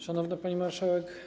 Szanowna Pani Marszałek!